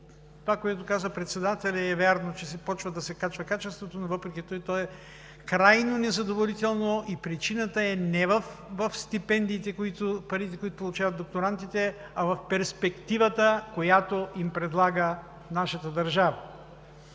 Това, което каза председателят, е вярно, че започва да се качва качеството, но въпреки това е крайно незадоволително и причината не е в стипендиите, в парите, които получават докторантите, а в перспективата, която им предлага нашата държава.